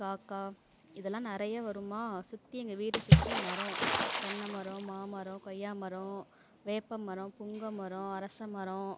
காக்கா இதெல்லாம் நிறைய வருமா சுற்றி எங்கள் வீட்டை சுற்றி மரம் தென்னை மரம் மாமரம் கொய்யா மரம் வேப்ப மரம் புங்கை மரம் அரச மரம்